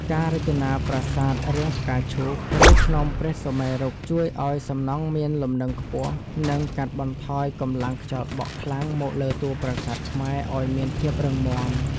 ការរចនាប្រាសាទរាងផ្កាឈូក ឬ ភ្នំព្រះសុមេរុជួយឱ្យសំណង់មានលំនឹងខ្ពស់ និង កាត់បន្ថយកម្លាំងខ្យល់បក់ខ្លាំងមកលើតួប្រាសាទខ្មែរឱ្យមានភាពរឹងមាំ។